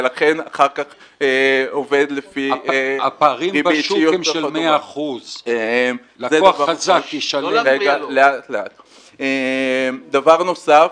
ולכן אחר כך עובד לפי --- הפערים בשוק הם של 100%. דבר נוסף,